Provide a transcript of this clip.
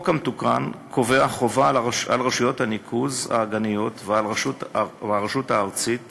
החוק המתוקן קובע חובה על רשויות הניקוז האגניות ועל הרשות הארצית